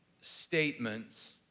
statements